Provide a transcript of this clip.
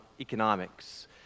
economics